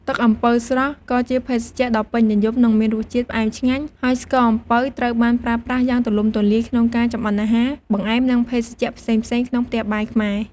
ទឹកអំពៅស្រស់ ក៏ជាភេសជ្ជៈដ៏ពេញនិយម និងមានរសជាតិផ្អែមឆ្ងាញ់ ហើយស្ករអំពៅត្រូវបានប្រើប្រាស់យ៉ាងទូលំទូលាយក្នុងការចម្អិនអាហារ បង្អែម និងភេសជ្ជៈផ្សេងៗក្នុងផ្ទះបាយខ្មែរ។